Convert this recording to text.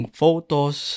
photos